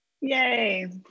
Yay